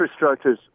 infrastructures